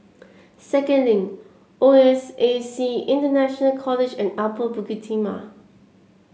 Second Link O S A C International College and Upper Bukit Timah